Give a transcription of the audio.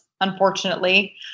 unfortunately